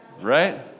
right